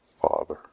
Father